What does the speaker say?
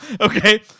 Okay